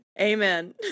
Amen